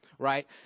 right